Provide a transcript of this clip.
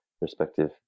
respective